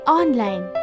online